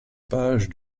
pages